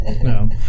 No